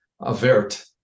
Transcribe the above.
avert